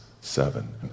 seven